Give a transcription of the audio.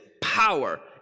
power